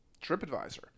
TripAdvisor